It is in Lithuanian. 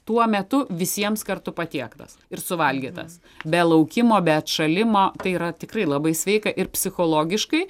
tuo metu visiems kartu patiektas ir suvalgytas be laukimo be atšalimo tai yra tikrai labai sveika ir psichologiškai